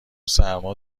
سرما